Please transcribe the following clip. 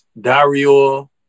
Dario